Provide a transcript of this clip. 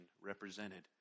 represented